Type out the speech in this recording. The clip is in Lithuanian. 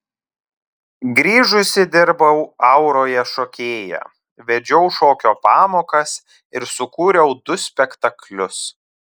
grįžusi dirbau auroje šokėja vedžiau šokio pamokas ir sukūriau du spektaklius